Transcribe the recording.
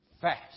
Fast